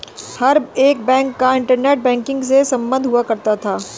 हर एक बैंक का internet banking से सम्बन्ध हुआ करता है